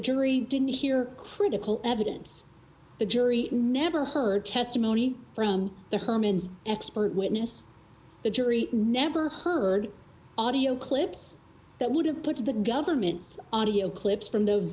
jury didn't hear critical evidence the jury never heard testimony from the herman's expert witness the jury never heard audio clips that would have put the government's audio clips from those